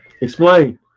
Explain